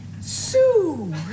Sue